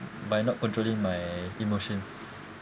by not controlling my emotions